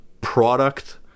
Product